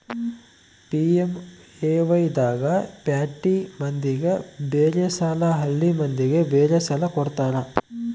PMAY ದಾಗ ಪ್ಯಾಟಿ ಮಂದಿಗ ಬೇರೆ ಸಾಲ ಹಳ್ಳಿ ಮಂದಿಗೆ ಬೇರೆ ಸಾಲ ಕೊಡ್ತಾರ